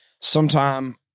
sometime